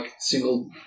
single